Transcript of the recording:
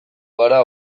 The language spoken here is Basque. gara